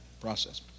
process